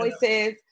Voices